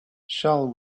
shall